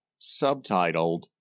subtitled